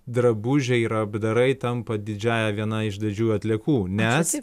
drabužiai ir apdarai tampa didžiąja viena iš didžiųjų atliekų nes